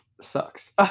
sucks